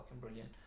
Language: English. brilliant